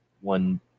one